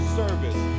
service